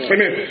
Amen